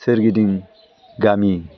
सोरगिदिं गामि